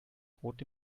rot